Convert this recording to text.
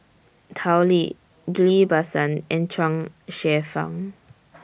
Tao Li Ghillie BaSan and Chuang Hsueh Fang